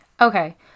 okay